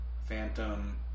Phantom